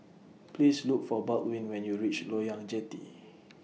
Please Look For Baldwin when YOU REACH Loyang Jetty